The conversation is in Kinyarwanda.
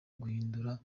guhindura